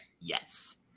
yes